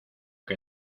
que